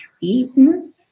eaten